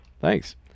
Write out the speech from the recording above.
Thanks